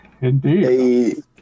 Indeed